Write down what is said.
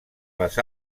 les